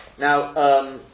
Now